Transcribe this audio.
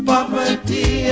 Poverty